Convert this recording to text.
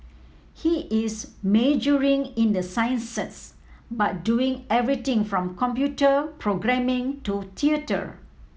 he is majoring in the sciences but doing everything from computer programming to theatre